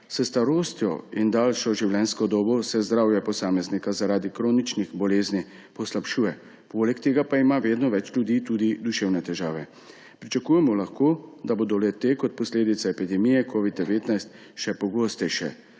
S starostjo in daljšo življenjsko dobo se zdravje posameznika zaradi kroničnih bolezni poslabšuje, poleg tega pa jih ima vedno več tudi duševne težave. Pričakujemo lahko, da bodo le-te kot posledica epidemije covida-19 še pogostejše,